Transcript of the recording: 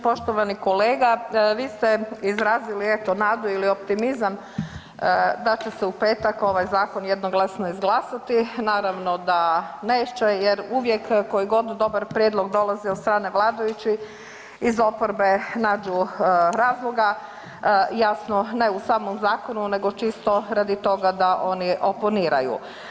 Poštovani kolega, vi ste izrazili eto nadu ili optimizam da će se u petak ovaj zakon jednoglasno izglasati, naravno da neće jer uvijek koji god dobar prijedlog dolazi od strane vladajućih, iz oporbe nađu razloga, jasno ne u samom zakonu nego čisto radi toga da oni oponiraju.